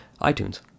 itunes